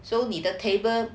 so 你的 table